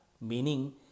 meaning